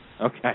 Okay